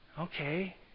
Okay